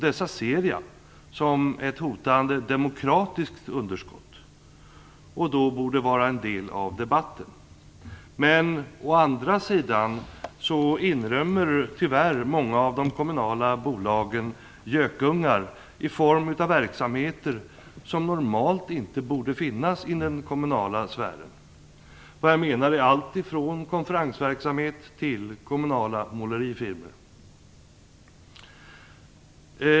Dessa ser jag som ett hotande demokratiskt underskott som borde vara en del av debatten. Å andra sidan inrymmer tyvärr många av de kommunala bolagen gökungar i form av verksamheter som normalt inte borde finnas i den kommunala sfären. Jag menar då allt ifrån konferensverksamhet till kommunala målerifirmor.